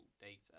data